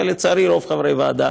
ולצערי רוב חברי הוועדה